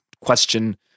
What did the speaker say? question